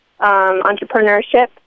entrepreneurship